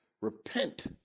Repent